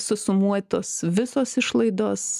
susumuotos visos išlaidos